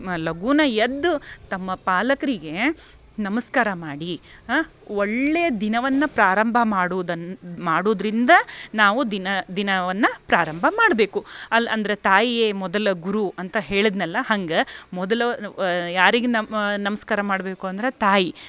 ಲಘುನಾ ಎದ್ದು ತಮ್ಮ ಪಾಲಕ್ರಿಗೆ ನಮಸ್ಕಾರ ಮಾಡಿ ಒಳ್ಳೆಯ ದಿನವನ್ನು ಪ್ರಾರಂಭ ಮಾಡದನ್ನು ಮಾಡುದರಿಂದ ನಾವು ದಿನ ದಿನವನ್ನು ಪ್ರಾರಂಭ ಮಾಡಬೇಕು ಅಲ್ಲಿ ಅಂದರೆ ತಾಯಿಯೇ ಮೊದಲ ಗುರು ಅಂತ ಹೇಳದ್ನಲ್ಲ ಹಂಗೆ ಮೊದಲು ಯಾರಿಗೆ ನಮ್ಸ್ಕಾರ ಮಾಡಬೇಕು ಅಂದ್ರೆ ತಾಯಿ